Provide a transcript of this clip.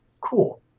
Cool